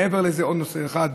מעבר לזה, עוד נושא אחד,